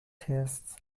tests